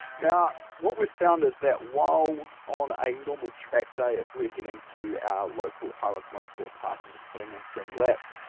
now what we've found is that while on a normal track day, if we're heading to our local highlands motorsport park and just putting in some laps,